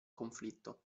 conflitto